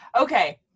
Okay